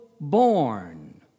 born